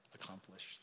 accomplished